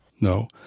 no